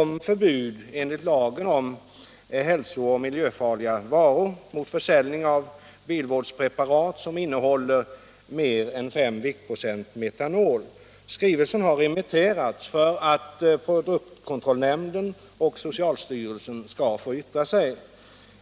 Men det är nästan omöjligt att komma ifrån fall av det slag som inträffade i Ljungby. Metanolen togs från en bilverkstad, och man hade brutit mot gällande märkningsföreskrifter.